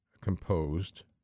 composed